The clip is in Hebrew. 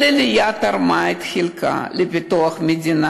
כל עלייה תרמה את חלקה לפיתוח המדינה.